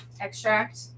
extract